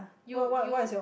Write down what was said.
you you